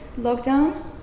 lockdown